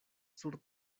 sur